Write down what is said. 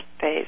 phase